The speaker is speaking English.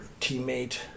teammate